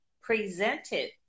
presented